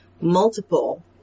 multiple